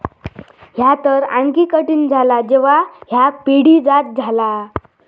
ह्या तर आणखी कठीण झाला जेव्हा ह्या पिढीजात झाला